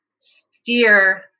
steer